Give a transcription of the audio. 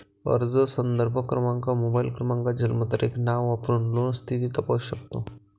अर्ज संदर्भ क्रमांक, मोबाईल क्रमांक, जन्मतारीख, नाव वापरून लोन स्थिती तपासू शकतो